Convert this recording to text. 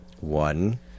One